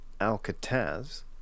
Alcatraz